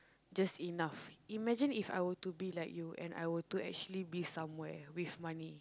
just enough imagine if I were to be like you and I were to actually be somewhere with money